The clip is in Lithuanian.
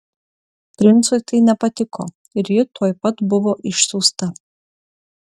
princui tai nepatiko ir ji tuoj pat buvo išsiųsta